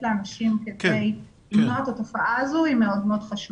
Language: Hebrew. לאנשים כדי למנוע את התופעה הזו היא מאוד מאוד חשובה.